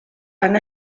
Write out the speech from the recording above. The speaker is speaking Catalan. han